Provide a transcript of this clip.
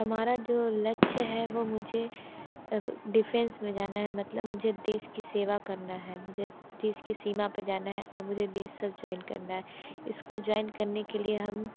हमारा जो लक्ष्य है वो मुझे डिफेंस में जाना है मतलब मुझे देश की सेवा करना है मुझे देश की सीमा पर जाना है और मुझे बी एस एफ ज्वाइन करना है इसको ज्वाॅइन करने के लिए हम